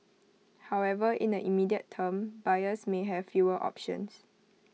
however in the immediate term buyers may have fewer options